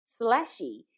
Slashy